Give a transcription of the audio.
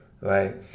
right